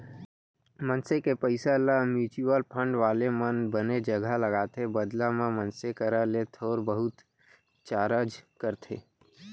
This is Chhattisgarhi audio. मनसे के पइसा ल म्युचुअल फंड वाले मन बने जघा लगाथे बदला म मनसे करा ले थोर बहुत चारज करथे